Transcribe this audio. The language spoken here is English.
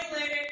later